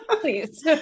please